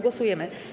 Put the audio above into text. Głosujemy.